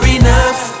enough